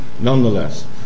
nonetheless